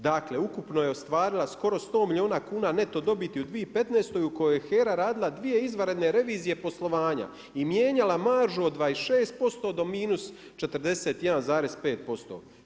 Dakle, ukupno je ostvarila skoro 100 milijuna kuna neto dobiti u 2015. u kojoj je HERA radila 2 izvanredne revizije poslovanja i mijenjala maržu od 26% do -41,5%